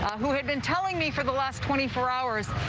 who have been telling me for the last twenty four hours.